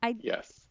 Yes